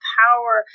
power